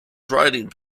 trading